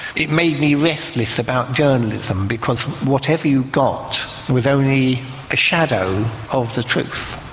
it made me restless about journalism because whatever you got was only a shadow of the truth.